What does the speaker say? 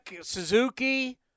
Suzuki